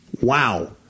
Wow